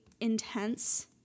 intense